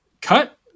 cut